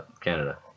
Canada